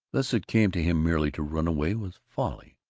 thus it came to him merely to run away was folly,